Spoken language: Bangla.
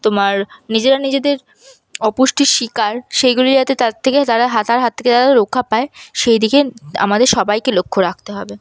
তোমার নিজেরা নিজেদের অপুষ্টির শিকার সেইগুলি যাতে তার থেকে তারা হাত তার হাত থেকে রক্ষা পায় সেইদিকে আমাদের সবাইকে লক্ষ রাখতে হবে